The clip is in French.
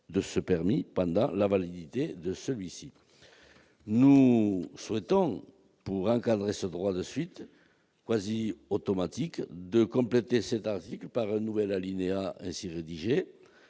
de ce permis pendant la validité de celui-ci. » Nous proposons, pour encadrer ce droit de suite quasiment automatique, de compléter cet article par un nouvel alinéa ainsi rédigé